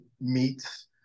meets